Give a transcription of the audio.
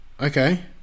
Okay